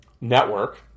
network